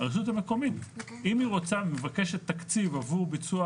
אם הרשות המקומית מבקשת תקציב עבור ביצוע